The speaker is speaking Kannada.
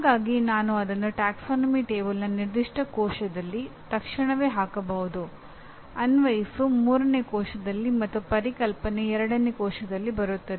ಹಾಗಾಗಿ ನಾನು ಅದನ್ನು ಪ್ರವರ್ಗ ಕೋಷ್ಟಕದ ನಿರ್ದಿಷ್ಟ ಕೋಶದಲ್ಲಿ ತಕ್ಷಣವೇ ಹಾಕಬಹುದು ಅನ್ವಯಿಸು 3ನೇ ಕೋಶದಲ್ಲಿ ಮತ್ತು ಪರಿಕಲ್ಪನೆ 2ನೇ ಕೋಶದಲ್ಲಿ ಬರುತ್ತದೆ